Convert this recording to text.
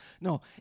No